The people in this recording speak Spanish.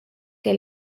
que